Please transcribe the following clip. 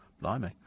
Blimey